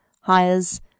hires